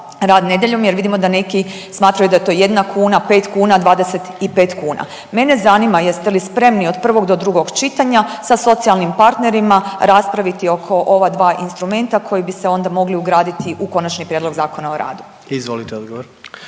rad nedjeljom jer vidimo da neki smatraju da je to 1 kuna, 5 kuna, 25 kuna. Mene zanima jeste li spremni od prvog do drugog čitanja sa socijalnim partnerima raspraviti oko ova dva instrumenta koji bi se onda mogli ugraditi u konačni prijedlog Zakona o radu. **Jandroković,